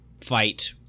fight